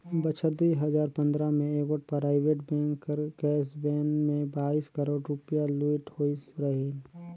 बछर दुई हजार पंदरा में एगोट पराइबेट बेंक कर कैस वैन ले बाइस करोड़ रूपिया लूइट होई रहिन